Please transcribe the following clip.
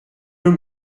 peux